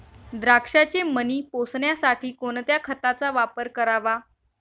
द्राक्षाचे मणी पोसण्यासाठी कोणत्या खताचा वापर करावा?